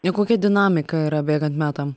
ne kokia dinamika yra bėgant metam